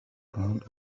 ground